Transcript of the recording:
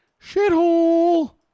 Shithole